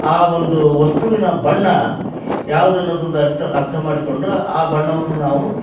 ಆ ಒಂದು ವಸ್ತುವಿನ ಬಣ್ಣ ಯಾವ್ದು ಅನ್ನೋದ್ ಅಂದು ಅರ್ಥ ಅರ್ಥ ಮಾಡಿಕೊಂಡು ಆ ಬಣ್ಣವನ್ನು ನಾವು